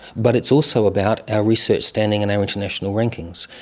but it's also about our research standing and our international rankings.